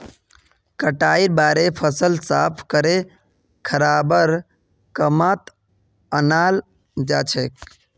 कटाईर बादे फसल साफ करे खाबार कामत अनाल जाछेक